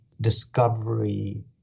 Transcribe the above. discovery